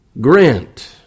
Grant